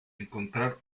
encontrar